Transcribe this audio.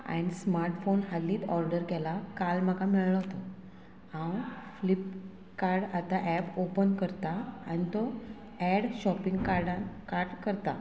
हांयन smart phone हालींच order केला काल म्हाका मेळ्ळो तो हांव फ्लिपकार्ट आतां एप ओपन करता आनी तो एड शॉपिंग कार्डान कार्ट करता